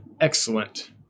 Excellent